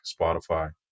spotify